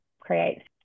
create